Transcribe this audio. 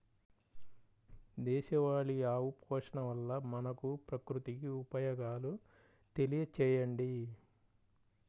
దేశవాళీ ఆవు పోషణ వల్ల మనకు, ప్రకృతికి ఉపయోగాలు తెలియచేయండి?